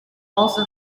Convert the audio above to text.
also